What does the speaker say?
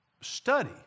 study